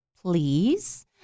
please